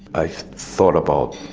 i thought about